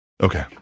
Okay